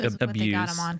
Abuse